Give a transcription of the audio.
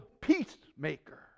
peacemaker